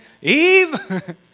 Eve